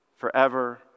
Forever